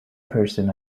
person